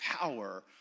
power